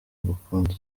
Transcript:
gukunda